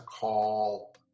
call